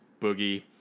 Boogie